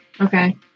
Okay